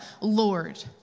Lord